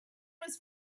was